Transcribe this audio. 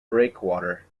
breakwater